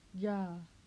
ya